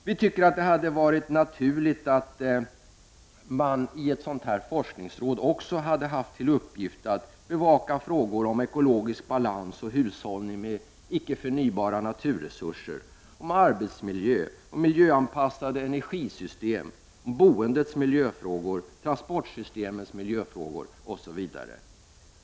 Det hade enligt vår mening varit naturligt att ett sådant här forskningsråd också hade haft till uppgift att bevaka frågor rörande ekologisk balans och hushållning med icke förnybara naturresurser, rörande arbetsmiljö, miljöanpassade energisystem, boendets miljöfrågor, transportsystemets miljöfrågor, osv.